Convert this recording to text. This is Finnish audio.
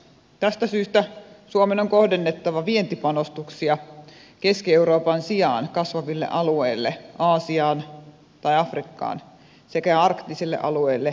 tästä syystä suomen on kohdennettava vientipanostuksia keski euroopan sijaan kasvaville alueille aasiaan tai afrikkaan sekä arktisille alueille ja venäjälle